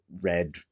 red